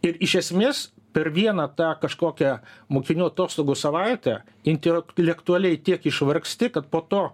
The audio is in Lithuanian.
ir iš esmės per vieną tą kažkokią mokinių atostogų savaitę intelek lektualiai tiek išvargsti kad po to